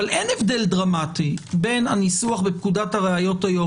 אבל אין הבדל דרמטי בין הניסוח בפקודת הראיות היום